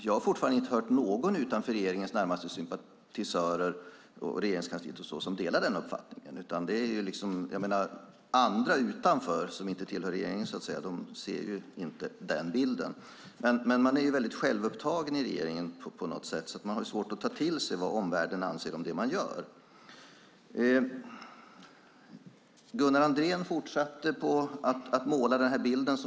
Jag har fortfarande inte hört någon utanför regeringens närmaste sympatisörer på Regeringskansliet som delar den uppfattningen. Andra utanför som inte tillhör regeringen ser inte den bilden. Man är självupptagen i regeringen. Man har svårt att ta till sig vad omvärlden anser om det man gör. Gunnar Andrén fortsatte att måla bilden.